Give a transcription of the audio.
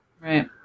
right